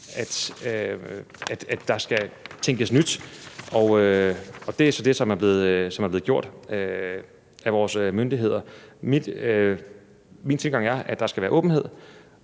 at der skal tænkes nyt, og det er så det, som er blevet gjort af vores myndigheder. Min tilgang er, at der skal være åbenhed